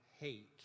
hate